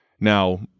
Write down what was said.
Now